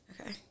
Okay